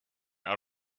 out